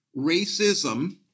racism